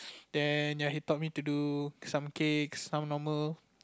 then ya he taught me to do some cakes some normal